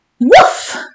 Woof